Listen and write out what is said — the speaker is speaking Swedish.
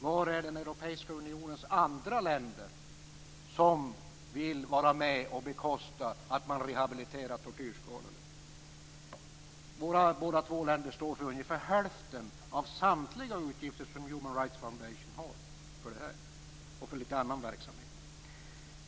Var är Europeiska unionens andra länder som vill vara med och bekosta att man rehabiliterar tortyrskadade? Våra båda länder står för ungefär hälften av samtliga utgifter som Human Rights Foundation har för detta och litet annan verksamhet.